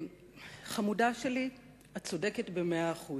חמודה שלי, את צודקת במאה אחוז,